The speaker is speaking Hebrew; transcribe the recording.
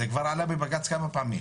זה כבר עלה בבג"צ כמה פעמים.